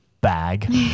bag